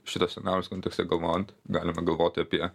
šito scenarijaus kontekste galvojant galima galvot apie